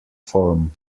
form